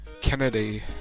Kennedy